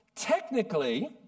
Technically